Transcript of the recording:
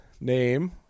name